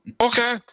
Okay